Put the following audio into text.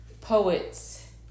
poets